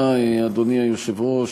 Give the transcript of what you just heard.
אדוני היושב-ראש,